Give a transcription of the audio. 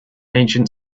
ancient